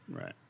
Right